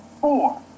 four